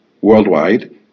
worldwide